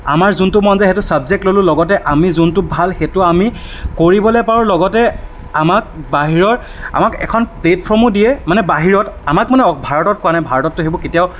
আমাৰ যোনটো মন যায় সেইটো ছাবজেক্ট ললোঁ লগতে আমি যোনটো ভাল সেইটো আমি কৰিবলৈ পাৰোঁ লগতে আমাক বাহিৰৰ আমাক এখন প্লেটফৰ্মো দিয়ে মানে বাহিৰত আমাক মানে ভাৰতত কোৱা নাই ভাৰততটো সেইবোৰ কেতিয়াও